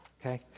okay